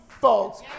folks